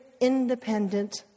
independent